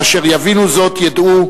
כאשר יבינו זאת, ידעו